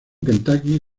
kentucky